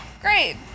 Great